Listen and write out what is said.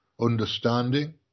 understanding